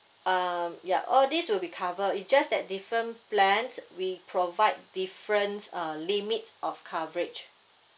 um yup all these will be covered it just that different plans we provide different uh limit of coverage